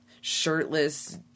shirtless